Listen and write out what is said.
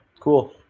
Cool